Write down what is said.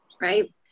right